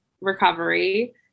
recovery